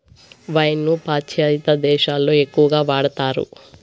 wine ను పాశ్చాత్య దేశాలలో ఎక్కువగా వాడతారు